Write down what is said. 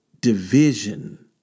division